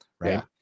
right